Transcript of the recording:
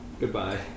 Goodbye